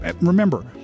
Remember